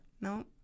No